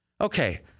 Okay